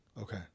Okay